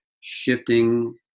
shifting